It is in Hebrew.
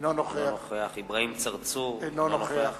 אינו נוכח אברהים צרצור, אינו נוכח